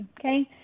okay